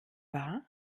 wahr